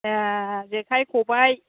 ए जेखाय खबाय